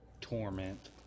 Torment